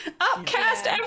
upcast